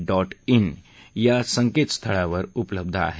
dot जे या संकेतस्थळावर उपलब्ध आहे